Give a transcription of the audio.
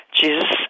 Jesus